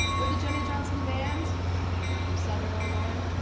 we're the jenny johnson band, and we're from southern illinois,